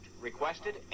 requested